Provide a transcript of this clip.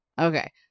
okay